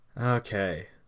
Okay